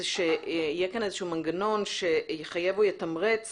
יהיה כאן איזשהו מנגנון שיחייב או יתמרץ